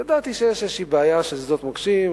ידעתי שיש איזו בעיה של שדות מוקשים,